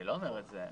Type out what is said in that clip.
אני לא אומר את זה.